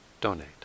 donate